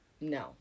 No